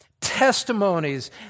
testimonies